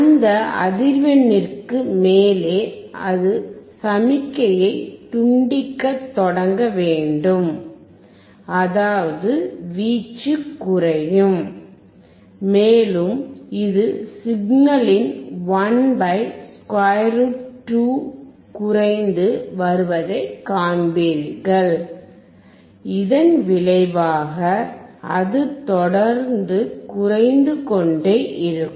அந்த அதிர்வெண்ணிற்கு மேலே அது சமிக்ஞையை துண்டிக்கத் தொடங்க வேண்டும் அதாவது வீச்சு குறையும் மேலும் இது சிக்னலின் 1√2 குறைந்து வருவதைக் காண்பீர்கள் இதன் விளைவாக அது தொடர்ந்து குறைந்து கொண்டே இருக்கும்